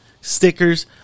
stickers